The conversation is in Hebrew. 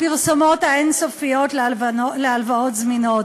בפרסומות האין-סופיות להלוואות זמינות.